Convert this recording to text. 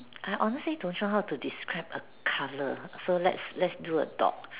I honestly don't know how to describe a colour so let's let's draw a dog